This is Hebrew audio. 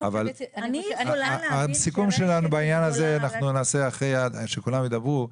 את הסיכום שלנו בעניין הזה אנחנו נעשה אחרי שכולם ידברו,